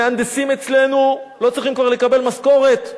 המהנדסים אצלנו לא צריכים כבר לקבל משכורת,